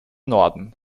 norden